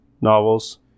novels